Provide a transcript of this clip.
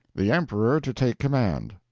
the emperor to take command.